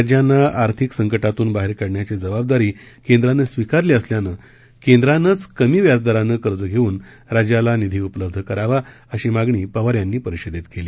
राज्यांना आर्थिक संकटातून बाहेर काढण्याची जबाबदारी केंद्रानं स्वीकारली असल्यानं केंद्रानंच कमी व्याज दरानं कर्ज घेऊन राज्याला निधी उपलब्ध करावा अशी मागणी पवार यांनी परिषदेत केली